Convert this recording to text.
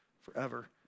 forever